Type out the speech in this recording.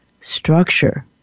structure